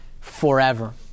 forever